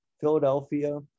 Philadelphia